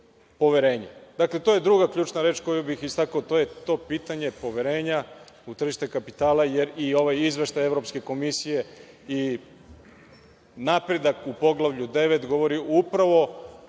poverenje. Dakle, to je druga ključna reč koji bih istakao, to je to pitanje poverenja u tržište kapitala jer i ovaj izveštaj Evropske komisije i napredak u poglavlju 9 govori upravo